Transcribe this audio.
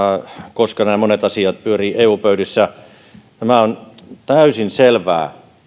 koska monet näistä asioista pyörivät eu pöydissä on täysin selvää